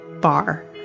bar